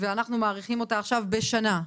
הוראת שעה ואנחנו מאריכים אותה עכשיו בשנה,